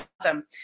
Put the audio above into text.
awesome